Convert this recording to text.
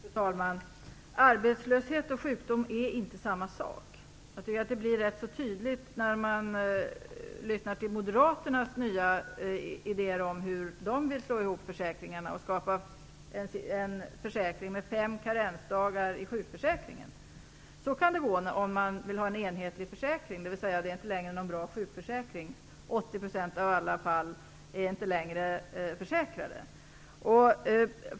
Fru talman! Arbetslöshet och sjukdom är inte samma sak. Jag tycker att det blir rätt så tydligt när man lyssnar till Moderaternas nya idéer om hur de vill slå ihop försäkringarna och skapa en försäkring med fem karensdagar i sjukförsäkringen. Så kan det gå om man vill ha en enhetlig försäkring, dvs. att det inte längre är någon bra sjukförsäkring. 80 % av alla är inte längre försäkrade.